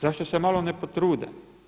Zašto se malo ne potrude.